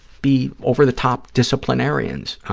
be over-the-top disciplinarians.